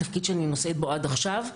תפקיד שאני נושאת בו עד עכשיו.